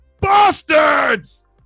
Bastards